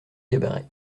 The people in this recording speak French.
garrabet